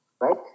right